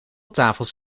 tafels